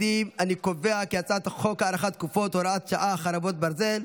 חוק הארכת תקופות (הוראת שעה, חרבות ברזל)